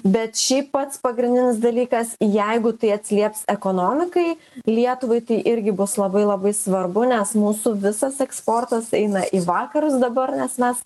bet šiaip pats pagrindinis dalykas jeigu tai atsilieps ekonomikai lietuvai tai irgi bus labai labai svarbu nes mūsų visas eksportas eina į vakarus dabar nes mes